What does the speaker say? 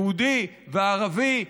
יהודי וערבי.